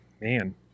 man